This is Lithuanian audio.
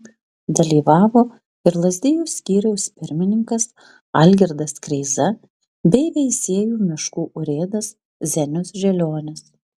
dalyvavo ir lazdijų skyriaus pirmininkas algirdas kreiza bei veisiejų miškų urėdas zenius želionis